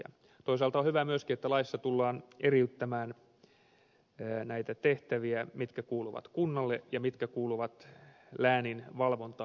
toisaalta on hyvä myöskin että laissa tullaan eriyttämään näitä tehtäviä mitkä kuuluvat kunnalle ja mitkä kuuluvat läänin valvontaan